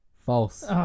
False